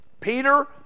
Peter